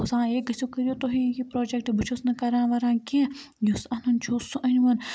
سُہ اوس ونان ہے گٔژھِو کٔرِو تُہی یہِ پروجَکٹ بہٕ چھُس نہٕ کَران وَران کینٛہہ یُس اَنُن چھُو سُہ أنۍ وُن